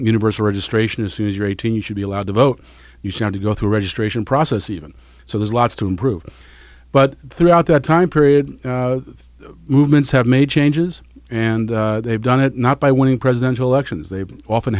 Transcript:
universal registration as soon as you're eighteen you should be allowed to vote you've got to go through a registration process even so there's lots to improve but throughout that time period movements have made changes and they've done it not by winning presidential elections they've often